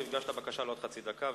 שהגשת בקשה לעוד חצי דקה,